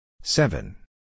seven